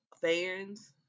fans